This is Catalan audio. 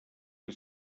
que